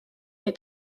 est